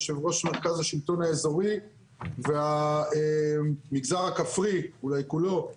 יושב ראש מרכז השלטון האזורי והמגזר הכפרי אולי כולו.